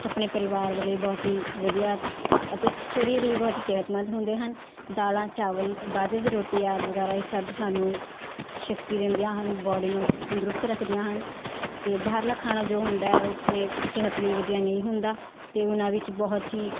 ਆਪਣੇ ਪਰਿਵਾਰ ਦੇ ਲਈ ਬਹੁਤ ਹੀ ਵਧੀਆ ਅਤੇ ਸਰੀਰ ਲਈ ਬਹੁਤ ਹੀ ਸਿਹਤਮੰਦ ਹੁੰਦੇ ਹਨ ਦਾਲਾਂ ਚਾਵਲ ਬਾਜਰੇ ਦੀ ਰੋਟੀ ਆਦਿ ਵਗੈਰਾ ਇਹ ਸਭ ਸਾਨੂੰ ਸ਼ਕਤੀ ਦਿੰਦੀਆਂ ਹਨ ਬੌਡੀ ਨੂੰ ਤੰਦਰੁਸਤ ਰੱਖਦੀਆਂ ਹਨ ਅਤੇ ਬਾਹਰਲਾ ਖਾਣਾ ਜੋ ਹੁੰਦਾ ਹੈ ਉਹ ਆਪਣੇ ਸਿਹਤ ਲਈ ਵਧੀਆ ਨਹੀਂ ਹੁੰਦਾ ਅਤੇ ਉਹਨਾਂ ਵਿੱਚ ਬਹੁਤ ਹੀ